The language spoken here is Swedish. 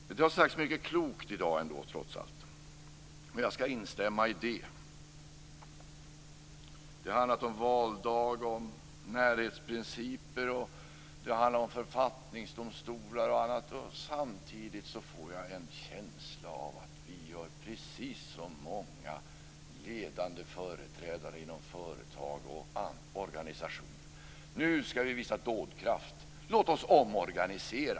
Det har sagts mycket klokt i dag trots allt, och jag skall instämma i det. Det har handlat om valdag, närhetsprincip, författningsdomstolar och annat. Samtidigt får jag en känsla av att vi gör precis som många ledande företrädare inom företag och organisationer: Nu skall vi visa dådkraft, så låt oss omorganisera!